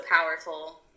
powerful